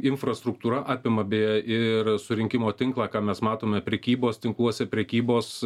infrastruktūra apima beje ir surinkimo tinklą ką mes matome prekybos tinkluose prekybos